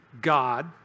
God